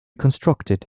constructed